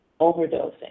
overdosing